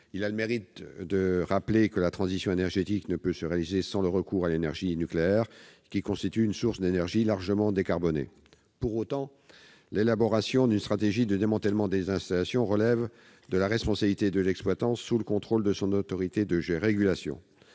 Il a le mérite de rappeler que la transition énergétique ne peut se réaliser sans le recours à l'énergie nucléaire, qui constitue une source d'énergie largement décarbonée. Pour autant, l'élaboration d'une stratégie de démantèlement des installations relève de la responsabilité de l'exploitant, sous le contrôle de son autorité de régulation.